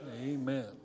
Amen